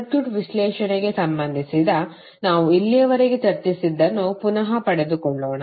circuit ವಿಶ್ಲೇಷಣೆಗೆ ಸಂಬಂಧಿಸಿದ ನಾವು ಇಲ್ಲಿಯವರೆಗೆ ಚರ್ಚಿಸಿದ್ದನ್ನು ಪುನಃ ಪಡೆದುಕೊಳ್ಳೋಣ